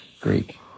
Greek